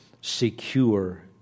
secure